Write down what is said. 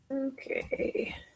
Okay